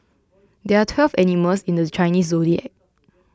there are twelve animals in the Chinese zodiac